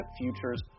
futures